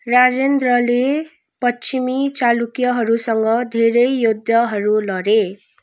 राजेन्द्रले पश्चिमी चालुक्यहरूसँग धेरै युद्धहरू लडे